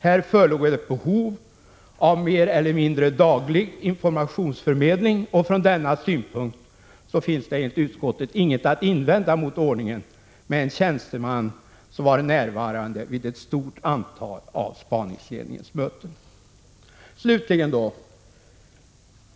Här förelåg ett behov av mer eller mindre daglig informationsförmedling, och från denna synpunkt finns det enligt utskottet inget att invända mot ordningen med en tjänsteman som var närvarande vid ett stort antal av spaningsledningens möten.